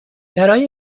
برای